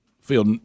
field